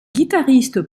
guitariste